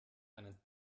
einen